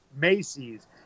Macy's